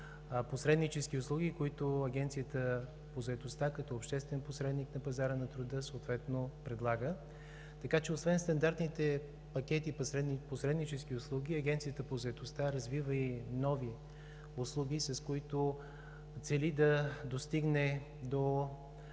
посреднически услуги, които Агенцията по заетостта, като обществен посредник на пазара на труда, предлага. Така че, освен стандартните пакети посреднически услуги, Агенцията по заетостта развива и нови услуги, с които цели да достигне до